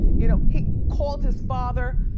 you know he called his father,